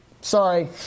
Sorry